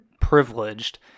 privileged